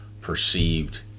perceived